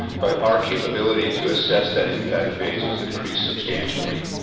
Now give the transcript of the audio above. but our capability to assess that impact phase is increased substantially.